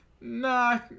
Nah